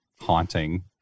haunting